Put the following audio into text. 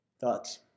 Thoughts